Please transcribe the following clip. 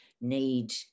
need